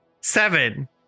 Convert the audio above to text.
Seven